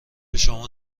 شما